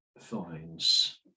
finds